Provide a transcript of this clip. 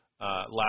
last